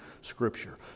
Scripture